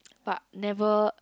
but never